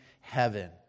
heaven